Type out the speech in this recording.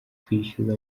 kwishyuza